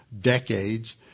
decades